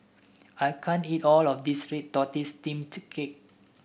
I can't eat all of this Red Tortoise Steamed Cake